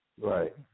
right